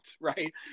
right